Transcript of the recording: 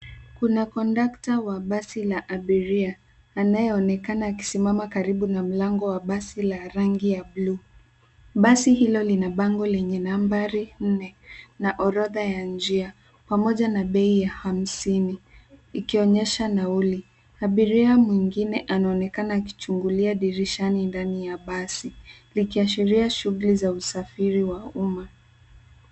Kuna kondakta wa basi la abiria anayenekana akisimama karibu na mlango wa basi la rangi ya buluu. Basi hilo lina bango lenye nambari nne na orodha ya njia pamoja na bei ya hamsini ikionyesha nauli. Abiria mwingine anaonekana akichungulia dirishani ndani ya basi likiashiria shughuli za usafiri wa uma.